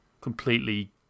completely